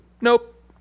Nope